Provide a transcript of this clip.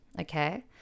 okay